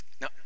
Now